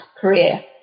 Korea